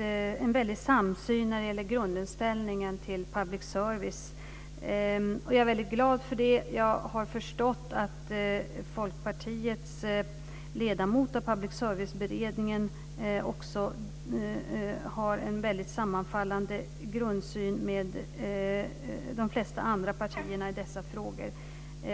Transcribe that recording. har en samsyn när det gäller grundinställningen till public service. Jag är glad för det. Jag har förstått att Folkpartiets ledamot av Public serviceberedningen har en grundsyn i dessa frågor som sammanfaller med de flesta andra partiers.